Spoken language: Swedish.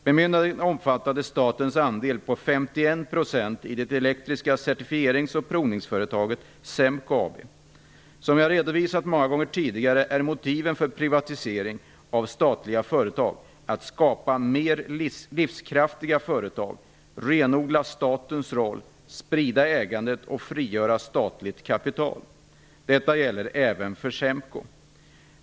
Bemyndigandet omfattade statens andel på 51 % i det elektriska certifierings och provningsföretaget SEMKO AB. Som jag redovisat många gånger tidigare är motiven för privatisering av statliga företag att skapa mer livskraftiga företag, renodla statens roll, sprida ägandet och frigöra statligt kapital. Detta gäller även för SEMKO.